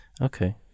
Okay